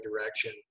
direction